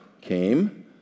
came